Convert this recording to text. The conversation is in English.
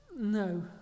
No